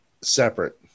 separate